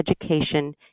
education